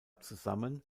zusammen